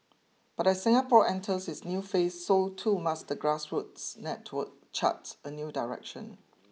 but as Singapore enters its new phase so too must the grassroots network chart a new direction